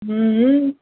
हूँ